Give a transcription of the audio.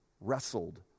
wrestled